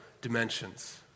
dimensions